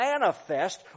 manifest